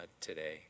today